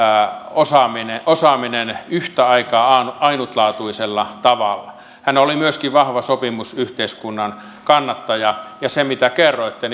osaaminen osaaminen yhtä aikaa ainutlaatuisella tavalla hän oli myöskin vahva sopimusyhteiskunnan kannattaja ja se mitä kerroitte